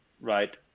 right